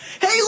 hey